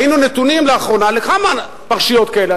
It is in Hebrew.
היינו נתונים לאחרונה לכמה פרשיות כאלה,